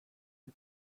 you